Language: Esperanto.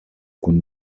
kun